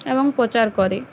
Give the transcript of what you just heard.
এবং প্রচার করে